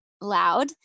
loud